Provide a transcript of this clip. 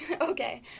Okay